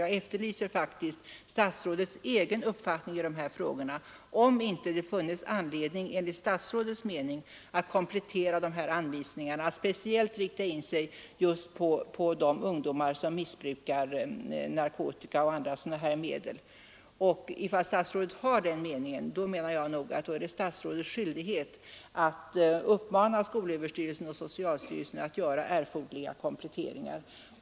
Jag efterlyser statsrådets egen uppfattning i de här frågorna och huruvida det enligt statsrådets mening inte funnes anledning att komplettera anvisningarna, så att de speciellt kunde inriktas på de ungdomar som missbrukar narkotika och andra berusningsmedel. Ifall statsrådet har den meningen, anser jag det vara statsrådets skyldighet att uppmana skolöverstyrelsen och socialstyrelsen att göra erforderliga kompletteringar.